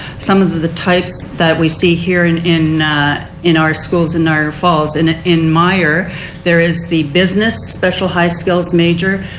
some of the the types that we see here in in our schools in niagra falls in ah in meyer there is the business special high skills major,